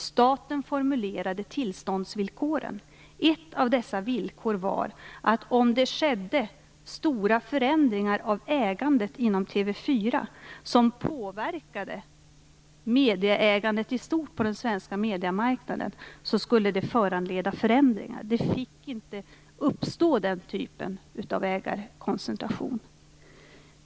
Staten formulerade tillståndsvillkoren. Ett av dessa villkor var att stora förändringar av ägandet inom TV 4 som påverkade medieägandet i stort på den svenska mediemarknaden skulle föranleda förändringar. Den typen av ägarkoncentration fick inte uppstå.